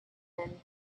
men